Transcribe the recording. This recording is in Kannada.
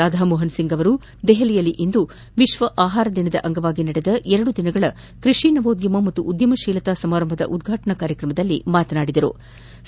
ರಾಧಾಮೋಹನ್ ಸಿಂಗ್ ಅವರು ದೆಹಲಿಯಲ್ಲಿಂದು ವಿಕ್ಷ ಆಹಾರ ದಿನದ ಅಂಗವಾಗಿ ನಡೆದ ಎರಡು ದಿನಗಳ ಕೃಷಿ ನವೋದ್ದಮ ಮತ್ತು ಉದ್ದಮಶೀಲತಾ ಸಮಾರಂಭದ ಉದ್ವಾಟನಾ ಕಾರ್ಯಕ್ರಮದಲ್ಲಿ ಮಾತನಾಡುತ್ತಿದ್ದರು